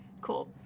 cool